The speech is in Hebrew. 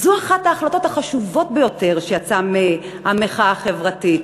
זו אחת ההחלטות החשובות ביותר שיצאה מהמחאה החברתית,